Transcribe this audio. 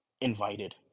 invited